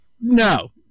No